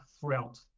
throughout